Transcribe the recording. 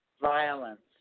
violence